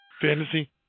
fantasy